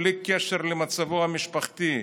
בלי קשר למצבו המשפחתי?